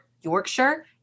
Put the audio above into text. Yorkshire